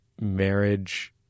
marriage